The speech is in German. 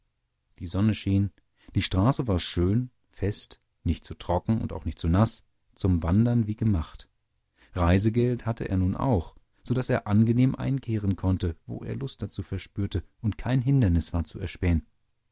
die sonne schien die straße war schön fest nicht zu trocken und auch nicht zu naß zum wandern wie gemacht reisegeld hatte er nun auch so daß er angenehm einkehren konnte wo er lust dazu verspürte und kein hindernis war zu erspähen